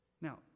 Now